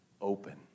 open